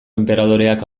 enperadoreak